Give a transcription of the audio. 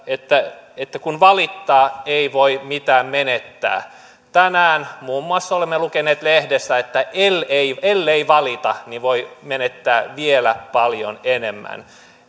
että että kun valittaa ei voi mitään menettää tänään muun muassa olemme lukeneet lehdestä että ellei valita niin voi menettää vielä paljon enemmän